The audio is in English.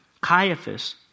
Caiaphas